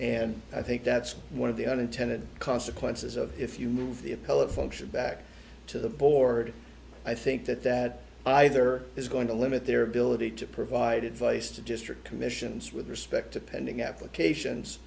and i think that's one of the unintended consequences of if you move the appellate function back to the board i think that that either is going to limit their ability to provide advice to district commissions with respect to pending applications